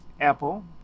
apple